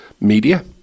media